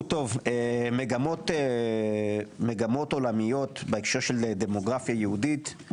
מגמות עולמיות בהקשר של דמוגרפיה יהודית.